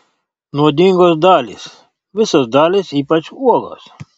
nuodingos dalys visos dalys ypač uogos